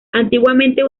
antiguamente